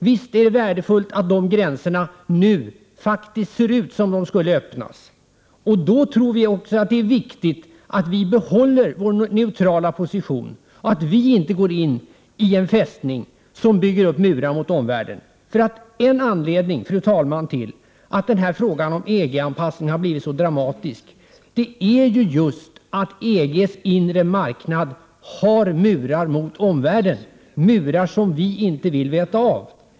Visst är det värdefullt att det nu faktiskt ser ut som om de gränserna skulle öppnas. Men vi tror också att det då är viktigt att vi behåller vår neutrala position och inte går in i en fästning, där man bygger upp murar mot omvärlden. En anledning till att frågan om EG-anpassning har blivit så dramatisk är just att EG:s inre marknad har murar mot omvärlden, murar som vi inte vill veta av.